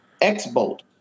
X-bolt